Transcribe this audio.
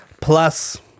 plus